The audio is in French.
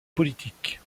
politique